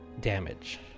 damage